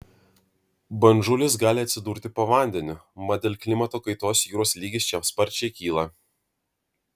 bandžulis gali atsidurti po vandeniu mat dėl klimato kaitos jūros lygis čia sparčiai kyla